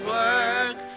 work